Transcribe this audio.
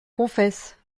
confesse